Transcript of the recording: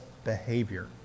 behavior